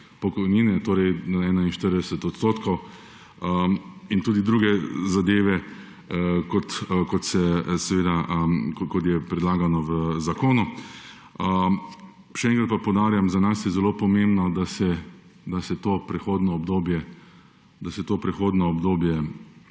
pokojnine, torej na 41 %, in tudi druge zadeve, kot je predlagano v zakonu. Še enkrat pa poudarjam, da za nas je zelo pomembno, da se to prehodno obdobje